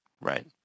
Right